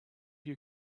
you